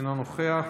אינו נוכח,